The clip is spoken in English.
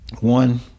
One